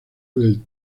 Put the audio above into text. del